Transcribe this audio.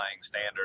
standard